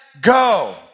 go